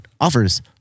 offers